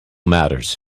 matters